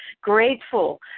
Grateful